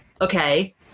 okay